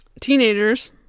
Teenagers